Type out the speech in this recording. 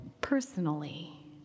personally